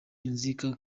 inzika